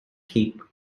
cape